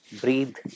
breathe